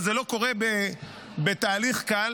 וזה לא קורה בתהליך קל,